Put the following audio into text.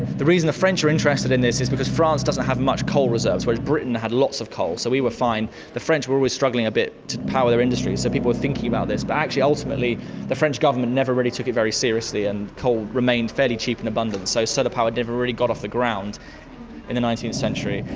the reason the french are interested in this is because france doesn't have much coal reserves, whereas britain had lots of coal, so we were fine. the french were always struggling a bit to power their industries, so people were thinking about this, but actually ultimately the french government never really took it very seriously and coal remained fairly cheap and abundant, so solar sort of power never really got off the ground in the nineteenth century.